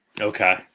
Okay